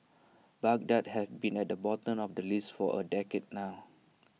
Baghdad has been at the bottom of the list for A decade now